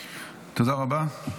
תודה רבה.